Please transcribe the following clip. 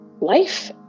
life